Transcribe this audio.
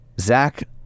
Zach